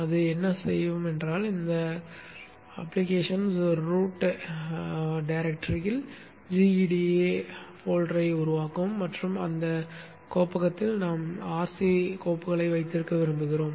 அது என்ன செய்வது என்றால் அது பயனர்கள் ரூட் வைத்திருக்க விரும்புகிறோம்